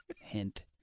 Hint